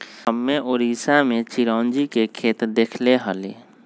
हम्मे उड़ीसा में चिरौंजी के खेत देखले हली